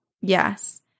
Yes